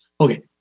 Okay